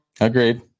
Agreed